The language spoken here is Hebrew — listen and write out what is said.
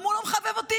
גם הוא לא מחבב אותי,